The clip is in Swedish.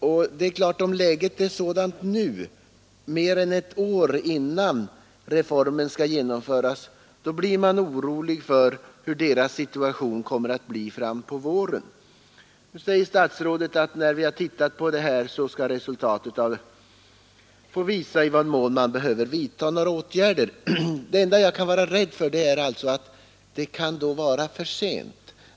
Och det är klart att om läget är sådant nu, mer än ett år innan tandvårdsreformen skall genomföras, blir man orolig för hur deras situation kommer att vara fram på våren. Statsrådet säger att sedan man har gjort en kartläggning får resultatet visa i vad mån man behöver vidtaga några åtgärder. Det enda jag är rädd för är att det då kan vara för sent.